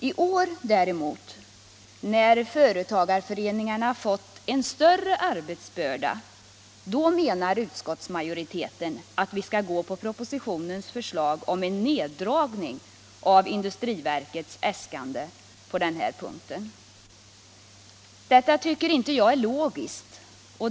I år däremot, när företagareföreningarna fått en större arbetsbörda, menar utskottsmajoriteten att vi skall gå på propositionens förslag om en neddragning av industriverkets äskande på den här punkten. Detta tycker inte jag är logiskt.